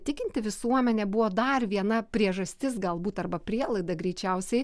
tikinti visuomenė buvo dar viena priežastis galbūt arba prielaida greičiausiai